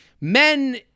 Men